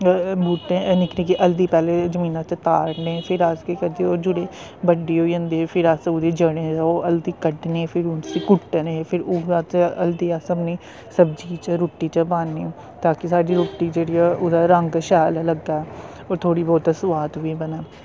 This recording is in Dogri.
बूह्टे निक्की निक्की हल्दी पैह्ले जमीनै च ताड़ने फिर अस केह् करदे जिसे बड्डी होई जंदी फिर ओह्दी ज'ड़ें दा ओह् हल्दी कड्ढने फिर उस्सी कुट्टने फिर उऐ हल्दी अस अपनी सब्जियै च रुट्टी च पान्ने तां कि साढ़ी रुट्टी जेह्ड़ी ऐ ओह्दा रंग शैल लग्गै होर थोह्ड़ी बौह्त सोआद बी बनै